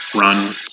Run